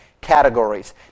categories